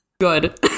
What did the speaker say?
good